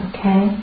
Okay